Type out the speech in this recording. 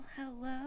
hello